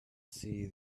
see